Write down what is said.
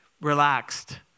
relaxed